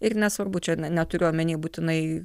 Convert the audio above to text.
ir nesvarbu čia neturiu omeny būtinai